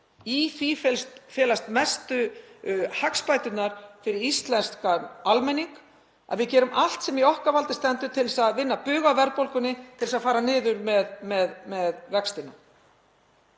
Í því felast mestu kjarabæturnar fyrir íslenskan almenning, að við gerum allt sem í okkar valdi stendur til að vinna bug á verðbólgunni, til að fara niður með vextina.